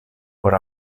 por